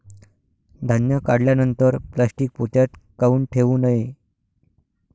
धान्य काढल्यानंतर प्लॅस्टीक पोत्यात काऊन ठेवू नये?